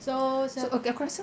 so so